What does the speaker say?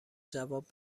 جواب